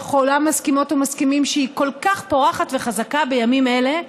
וכולם מסכימות ומסכימים שהיא כל כך פורחת וחזקה בימים אלה,